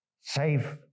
safe